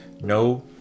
no